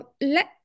let